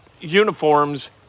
uniforms